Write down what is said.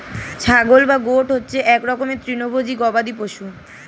ছাগল বা গোট হচ্ছে এক রকমের তৃণভোজী গবাদি পশু